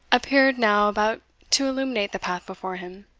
appeared now about to illuminate the path before him.